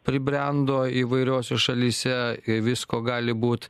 pribrendo įvairiose šalyse visko gali būt